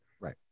Right